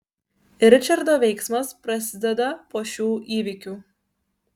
ričardo veiksmas prasideda po šių įvykių